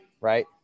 right